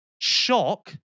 shock